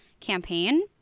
campaign